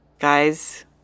Guys